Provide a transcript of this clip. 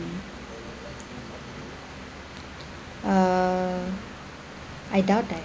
uh I doubt that